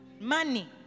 Money